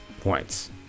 points